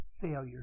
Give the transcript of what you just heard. failure